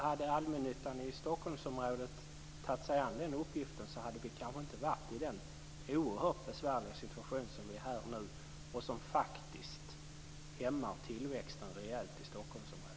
Hade allmännyttan i Stockholmsområdet tagit sig an den uppgiften hade vi kanske inte varit i den oerhört besvärliga situation som vi nu är i, som faktiskt hämmar tillväxten rejält i Stockholmsområdet.